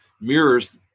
mirrors